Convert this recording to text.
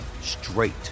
straight